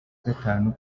gatanu